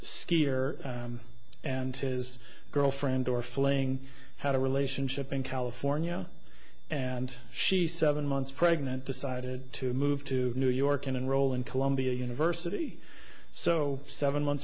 skier and his girlfriend or flaying had a relationship in california and she's seven months pregnant decided to move to new york and roll in columbia university so seven months